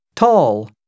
tall